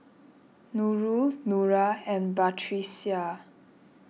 Nurul Nura and Batrisya